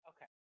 Okay